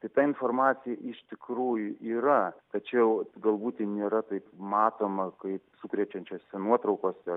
tai ta informacija iš tikrųjų yra tačiau galbūt tai nėra taip matoma kaip sukrečiančiose nuotraukose